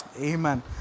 amen